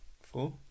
Four